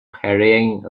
carrying